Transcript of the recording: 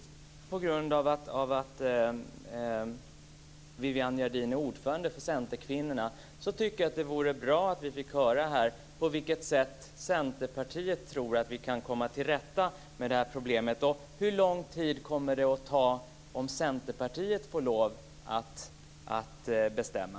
På grund av att Viviann Gerdin är ordförande för Centerkvinnorna tycker jag att det vore bra om vi här fick höra på vilket sätt Centerpartiet tror att vi kan komma till rätta med det här problemet. Hur lång tid kommer det att ta om Centerpartiet får bestämma?